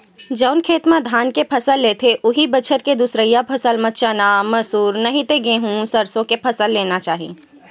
जउन खेत म धान के फसल लेथे, उहीं बछर के दूसरइया फसल म चना, मसूर, नहि ते गहूँ, सरसो के फसल लेना चाही